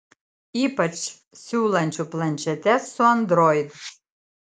ypač siūlančių planšetes su android